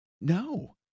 no